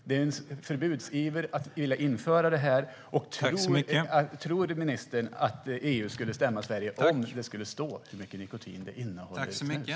Det är en förbudsiver att vilja införa det här. Tror ministern att EU skulle stämma Sverige om det skulle stå hur mycket nikotin snuset innehåller?